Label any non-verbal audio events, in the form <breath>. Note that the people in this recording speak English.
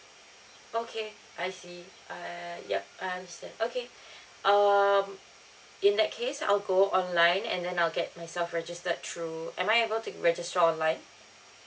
okay I see err yup I understand okay <breath> um in that case I'll go online and then I'll get myself registered through am I able to register online